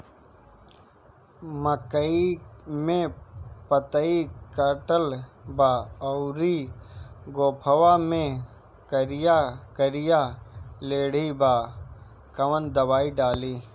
मकई में पतयी कटल बा अउरी गोफवा मैं करिया करिया लेढ़ी बा कवन दवाई डाली?